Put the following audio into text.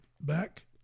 back